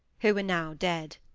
who were now dead.